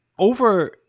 Over